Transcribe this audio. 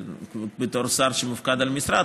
בתור שר שמופקד על המשרד,